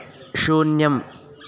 शून्यम्